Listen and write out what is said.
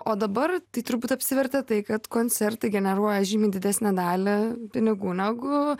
o dabar tai turbūt apsivertė tai kad koncertai generuoja žymiai didesnę dalį pinigų negu